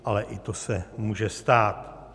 Ale i to se může stát.